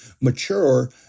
mature